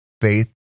faith